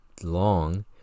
long